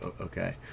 okay